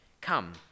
Come